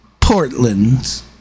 Portland